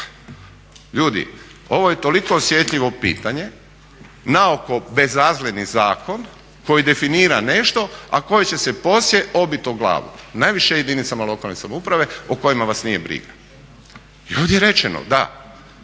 Ljudi, ovo je toliko osjetljivo pitanje, naoko bezazleni zakon koji definira nešto, a koji će se poslije obiti o glavu najviše jedinicama lokalne samouprave o kojima vas nije briga. I ovdje je rečeno, da,